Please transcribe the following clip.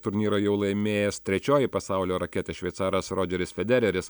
turnyrą jau laimėjęs trečioji pasaulio raketė šveicaras rodžeris federeris